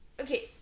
Okay